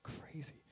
Crazy